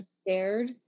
scared